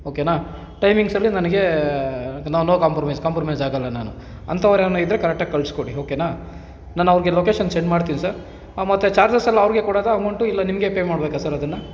ಓಕೆನಾ ಟೈಮಿಂಗ್ಸ್ ಅಂದರೆ ನನಗೆ ನಾ ನೋ ಕಾಂಪ್ರಮೈಸ್ ಕಾಂಪ್ರಮೈಸ್ ಆಗೋಲ್ಲ ನಾನು ಅಂಥವ್ರು ಯಾರನ ಇದ್ದರೆ ಕರೆಕ್ಟಾಗಿ ಕಳ್ಸಿ ಕೊಡಿ ಓಕೆನಾ ನಾನು ಅವ್ರಿಗೆ ಲೊಕೇಶನ್ ಸೆಂಡ್ ಮಾಡ್ತೀನಿ ಸರ್ ಮತ್ತು ಚಾರ್ಜಸೆಲ್ಲ ಅವ್ರಿಗೆ ಕೊಡೋದಾ ಅಮೌಂಟು ಇಲ್ಲ ನಿಮಗೆ ಪೇ ಮಾಡಬೇಕಾ ಸರ್ ಅದನ್ನು